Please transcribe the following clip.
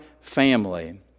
family